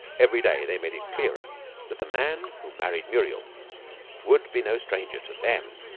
every day they made it clearer that the man who married muriel would be no stranger to them.